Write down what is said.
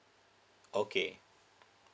okay